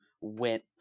went